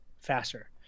faster